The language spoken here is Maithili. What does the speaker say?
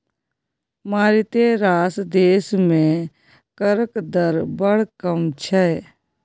मारिते रास देश मे करक दर बड़ कम छै